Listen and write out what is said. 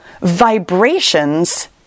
vibrations